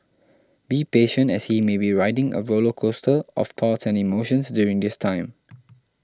be patient as he may be riding a roller coaster of thoughts and emotions during this time